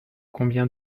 combien